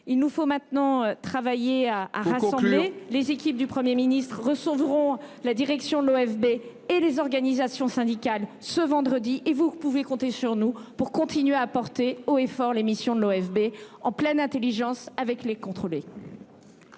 Il nous faut maintenant travailler à rassembler. Les équipes du Premier ministre recevront la direction de l’OFB et les organisations syndicales, ce vendredi. Vous pouvez compter sur nous pour continuer à soutenir haut et fort les missions de l’OFB, en pleine intelligence avec les personnes